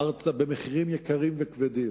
ארצה, במחירים יקרים וכבדים,